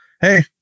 hey